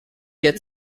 get